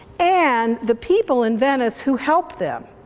and the people in venice who help them,